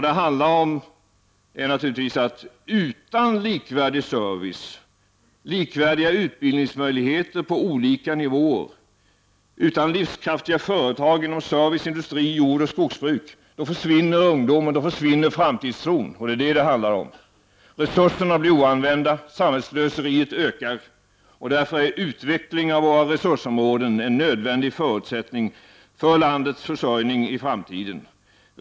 Det handlar naturligtvis om att utan likvärdig service, utan livsvärdiga utbildningsmöjligheter på olika nivåer, utan livskraftiga företag inom service, industri, jordoch skogsbruk, försvinner ungdomen och framtidstron. Resurserna blir oanvända, samhällsslöseriet ökar. Därför är utveckling av våra resursområden en nödvändig förutsättning för landets försörjning i framtiden.